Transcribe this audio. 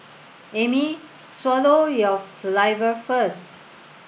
Amy swallow your saliva first